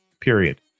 period